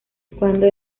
cuando